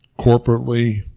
corporately